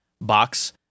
box